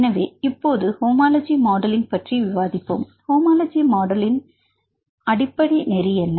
எனவே இப்போது homology modelling பற்றி விவாதிப்போம் ஹோமோலஜி மாடலிங் அடிப்படை நெறி என்ன